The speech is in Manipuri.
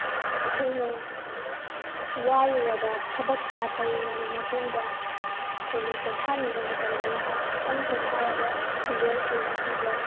ꯑꯩꯈꯣꯏꯅ ꯋꯥꯔꯨꯔꯕ ꯊꯕꯛ ꯀꯌꯥ ꯇꯧꯔꯨꯔꯕ ꯃꯇꯨꯡꯗ ꯑꯩꯈꯣꯏꯅ ꯄꯣꯊꯥꯅꯤꯡꯕ ꯃꯇꯝꯗ ꯉꯥꯏꯍꯥꯛꯇꯪ ꯄꯣꯊꯥꯔꯒ ꯁꯤꯔꯦꯜꯁꯤꯡ ꯑꯁꯤꯗ